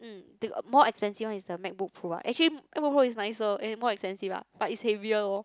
mm more expensive one is the MacBook Pro ah actually MacBook Pro is nicer and more expensive ah but it's heavier loh